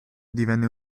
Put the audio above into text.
divenne